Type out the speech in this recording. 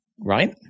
right